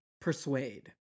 Persuade